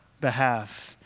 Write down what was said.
behalf